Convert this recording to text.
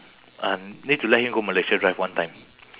uh need to let him go malaysia drive one time